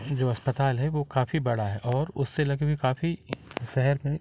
जो अस्पताल है वह काफ़ी बड़ा है और उससे लगे हुए काफ़ी शहर में